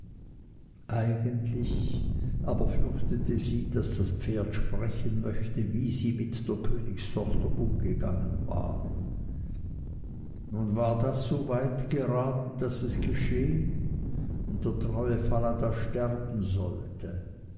eigentlich aber fürchtete sie daß das pferd sprechen möchte wie sie mit der königstochter umgegangen war nun war das so weit geraten daß es geschehen und der treue falada sterben sollte